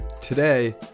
Today